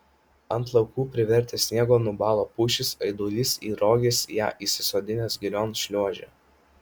ant laukų privertė sniego nubalo pušys aidulis į roges ją įsisodinęs girion šliuožė